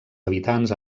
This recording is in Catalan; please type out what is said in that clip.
habitants